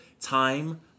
time